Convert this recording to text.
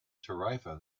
tarifa